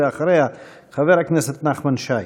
אחריה, חבר הכנסת נחמן שי.